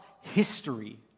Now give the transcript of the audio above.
history